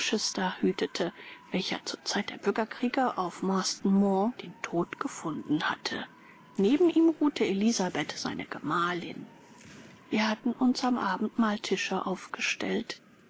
hütete welcher zur zeit der bürgerkriege auf marston moor den tod gefunden hatte neben ihm ruhte elizabeth seine gemahlin wir hatten uns am abendmahlstische aufgestellt